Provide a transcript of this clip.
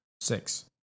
Six